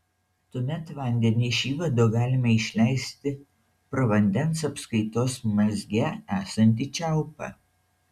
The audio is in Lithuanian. tuomet vandenį iš įvado galima išleisti pro vandens apskaitos mazge esantį čiaupą